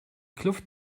kluft